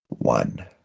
One